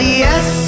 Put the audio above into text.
yes